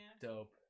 Dope